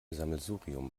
sammelsurium